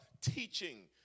teaching